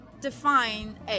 define